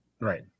Right